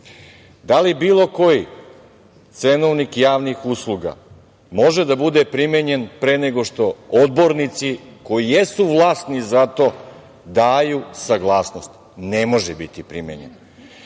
Da li bilo koji cenovnik javnih usluga može da bude primenjen pre nego što odbornici koji jesu vlasni za to, daju saglasnost? Ne može biti primenjen. Znači,